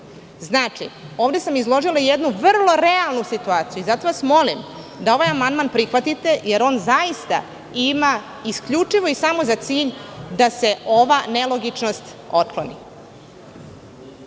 primila. Ovde sam izložila jednu vrlo realnu situaciju. Zato vas molim da ovaj amandman prihvatite, jer on zaista ima isključivo i samo za cilj da se ova nelogičnost otkloni.